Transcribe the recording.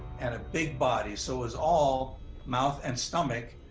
and a big body. so it was all mouth and stomach,